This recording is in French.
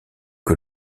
que